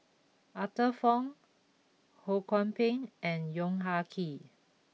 Arthur Fong Ho Kwon Ping and Yong Ah Kee